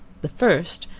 the first,